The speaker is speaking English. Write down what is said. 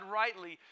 rightly